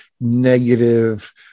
negative